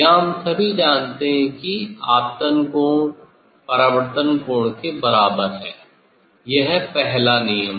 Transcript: यहाँ हम सभी जानते हैं कि आपतन कोण परावर्तन कोण के बराबर है यह पहला नियम है